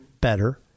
better